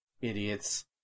Idiots